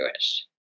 Jewish